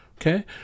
Okay